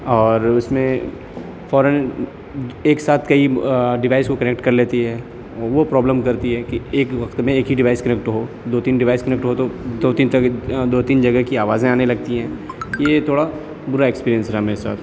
اور اس میں فوراً ایک ساتھ کئی ڈوائس کو کنیکٹ کر لیتی ہے وہ پرابلم کرتی ہے کہ ایک وقت میں ایک ہی ڈیوائس کنیکٹ ہو دو تین ڈیوائس کنیکٹ ہو تو دو تین طرح کی دو تین جگہ کی آوازیں آنے لگتی ہیں یہ تھوڑا برا ایکسپیرینس رہا میرے ساتھ